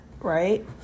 right